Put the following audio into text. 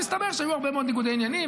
והסתבר שהיו הרבה מאוד ניגודי עניינים,